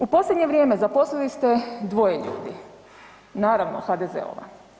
U posljednje vrijeme zaposlili ste dvoje ljudi, naravno HDZ-ova.